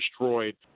destroyed